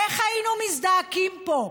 איך היינו מזדעקים פה,